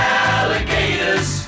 alligators